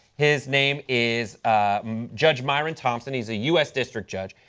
his name is judge myron thompson, he is a u s. district judge.